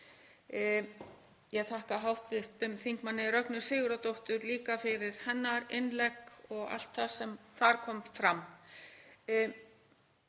Ég þakka hv. þm. Rögnu Sigurðardóttur líka fyrir hennar innlegg og allt það sem þar kom fram.